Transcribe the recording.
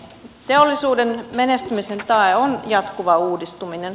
teollisuuden menestymisen tae on jatkuva uudistuminen